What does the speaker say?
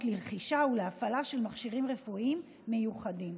לרכישה ולהפעלה של מכשירים רפואיים מיוחדים.